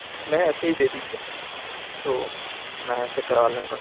ہمیں ایسے ہی دے دیجیے تو میں ایسے کرا لوں گا